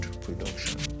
production